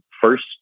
first